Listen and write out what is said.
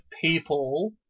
people